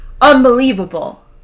Unbelievable